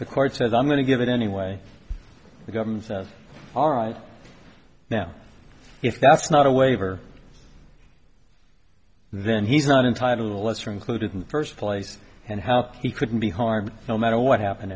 the court said i'm going to give it anyway the government all right now if that's not a waiver then he's not entitled to a lesser included in the first place and how he couldn't be harmed no matter what happened